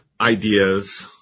ideas